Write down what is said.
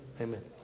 Amen